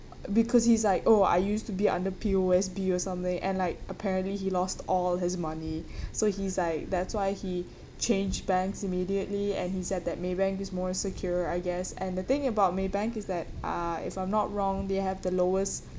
because he's like oh I used to be under P_O_S_B or something and like apparently he lost all his money so he's like that's why he changed banks immediately and he said that Maybank is more secure I guess and the thing about Maybank is that uh if I'm not wrong they have the lowest